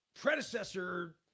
predecessor